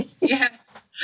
Yes